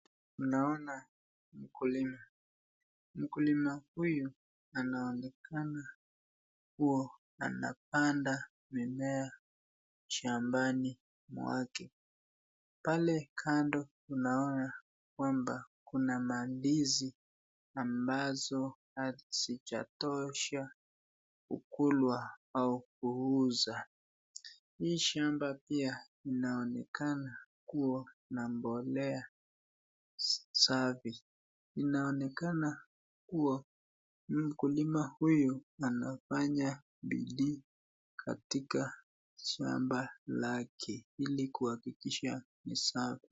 Tunaona mkulima . Mkulima huyu anaonekana kuwa anapanda mimea shambani mwake. Pale kando tunaona kwamba kuna mandizi ambazo hazijatosha kukulwa au kuuza . Hii shamba pia inaonekana kuwa na mbolea safi . Inaonekana kuwa mkulima huyu anafanya bidii katika shamba lake ili kuhakikisha ni safi .